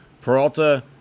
Peralta